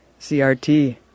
CRT